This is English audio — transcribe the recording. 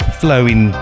flowing